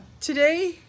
today